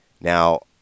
now